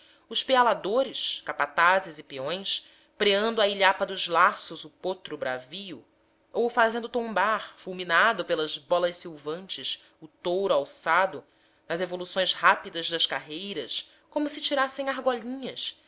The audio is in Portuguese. os pealadores capatazes e peões preando à ilhapa dos laços o potro bravio ou fazendo tombar fulminando pelas bolas silvantes o touro alçado nas evoluções rápidas das carreiras como se tirassem argolinhas